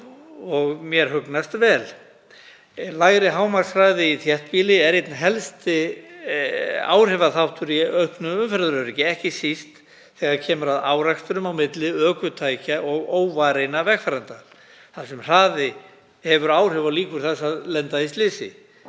og mér hugnast vel. Lægri hámarkshraði í þéttbýli er einn helsti áhrifaþáttur í auknu umferðaröryggi, ekki síst þegar kemur að árekstrum á milli ökutækja og óvarinna vegfarenda þar sem hraði hefur áhrif á líkur á því að lenda í slysi,